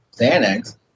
Xanax